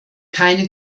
keine